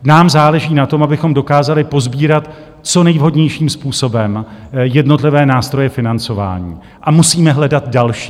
Nám záleží na tom, abychom dokázali posbírat co nejvhodnějším způsobem jednotlivé nástroje financování a musíme hledat další.